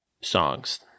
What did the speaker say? songs